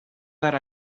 dar